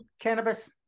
cannabis